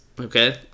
okay